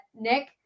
Nick